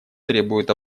требуют